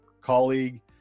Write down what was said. colleague